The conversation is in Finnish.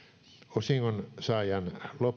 osingonsaajan